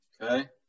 Okay